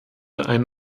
ein